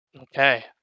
Okay